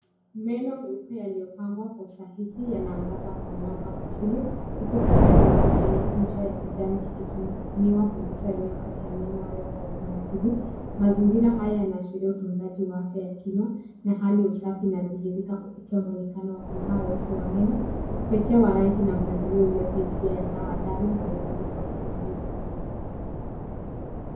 Meno meupe yaliyopangwa kwa sahihi yanaangaza kwa mwanga wa asili huku kifaa cheusi chenye ncha ya kijani kikitumiwa kugusa eneo kati ya meno hayo kwa utaratibu. Mazingira haya yanaashiria utunzaji wa afya ya kinywa na hali ya usafi inadhihirika kupitia mwonekano wa kung'aa wa uso wa meno. Upekee wa rangi na mpangilio huleta hisia ya tahadhari na uangalifu wa kitabibu.